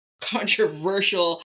controversial